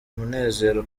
munezero